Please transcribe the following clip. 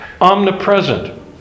omnipresent